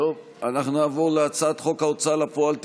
אנחנו נעבור להצעת חוק ההוצאה לפועל (תיקון,